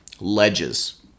Ledges